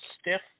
stiff